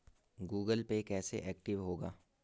Google Pay कैसे active होगा?